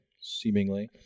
seemingly